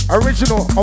original